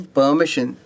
permission